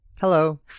Hello